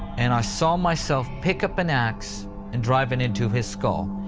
and i saw myself pick up an ax and drive it into his skull.